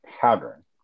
pattern